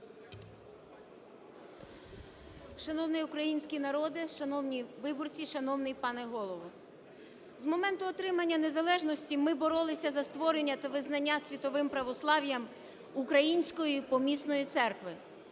Шановний український народе, шановні виборці, шановний пане Голово! З моменту отримання незалежності ми боролися за створення та визнання світовим православ'ям української помісної церкви.